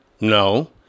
No